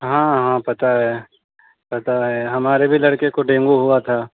ہاں ہاں پتا ہے پتا ہے ہمارے بھی لڑکے کو ڈینگو ہوا تھا